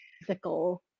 physical